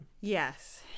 Yes